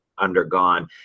undergone